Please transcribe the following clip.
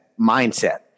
mindset